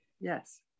Yes